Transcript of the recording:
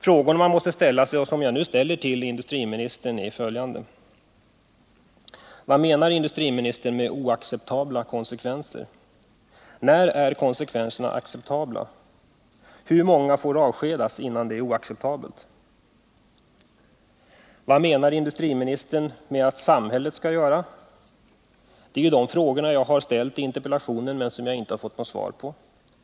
Frågor man måste ställa sig och som jag nu ställer till industriministern är följande: Vad menar industriministern med ”oacceptabla konsekvenser”? När är konsekvenserna acceptabla? Hur många får avskedas, innan det är oacceptabelt? Vad menar industriministern att samhället skall göra? Det är ju den fråga som jag ställer i interpellationen, men som jag inte har fått svar på.